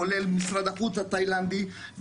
כולל משרד החוץ התאילנדי,